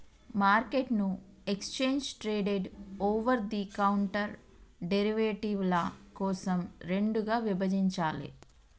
మార్కెట్ను exchange traded, over the counter డెరివేటివ్ల కోసం రెండుగా విభజించాలే